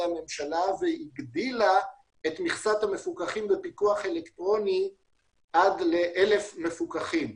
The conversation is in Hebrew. הממשלה והגדילה את מכסת המפוקחים בפיקוח אלקטרוני עד ל-1000 מפוקחים.